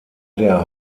der